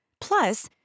Plus